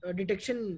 detection